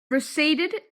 receded